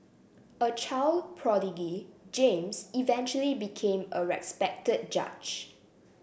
a child prodigy James eventually became a respected judge